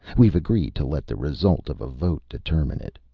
we've agreed to let the result of a vote determine it.